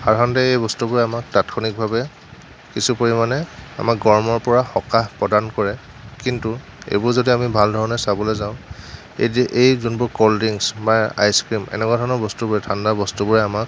সাধাৰণতে এই বস্তুবোৰে আমাক তাৎক্ষণিকভাৱে কিছু পৰিমাণে আমাক গৰমৰপৰা সকাহ প্ৰদান কৰে কিন্তু এইবোৰ যদি আমি ভালধৰণে চাবলৈ যাওঁ এই এই যোনবোৰ ক'ল্ড ড্ৰিংক্স বা আইচক্ৰীম এনেকুৱা ধৰণৰ বস্তুবোৰে ঠাণ্ডা বস্তুবোৰে আমাক